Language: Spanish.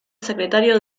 secretario